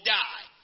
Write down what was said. die